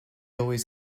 always